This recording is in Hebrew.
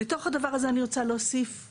לתוך הסיפור הזה אני רוצה להוסיף את